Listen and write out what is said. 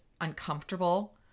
uncomfortable